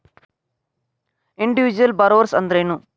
Individual borrowers ಅಂದ್ರೇನು?